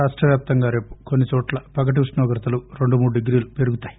రాష్టవ్యాప్తంగా రేపు కొన్నిచోట్ల పగటి ఉష్ణోగ్రతలు రెండు మూడు డిగ్రీలు పెరుగుతాయి